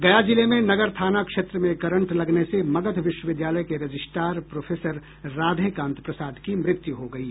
गया जिले में नगर थाना क्षेत्र में करंट लगने से मगध विश्वविद्यालय के रजिस्टार प्रोफेसर राधेकांत प्रसाद की मृत्यु हो गयी